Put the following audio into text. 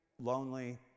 lonely